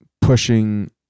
pushing